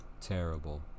Terrible